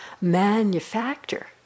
manufacture